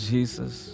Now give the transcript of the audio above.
Jesus